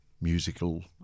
musical